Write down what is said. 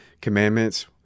commandments